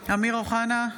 (קוראת בשמות חברי הכנסת) אמיר אוחנה,